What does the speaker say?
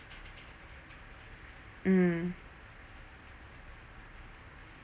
mm